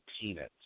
peanuts